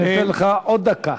אתן לך עוד דקה.